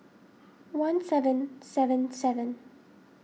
one seven seven seven